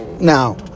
Now